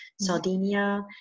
Sardinia